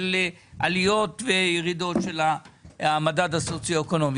הם לא מקבלים את זה כראה וקדש.